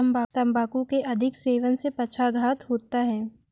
तंबाकू के अधिक सेवन से पक्षाघात होता है